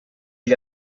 gli